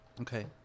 okay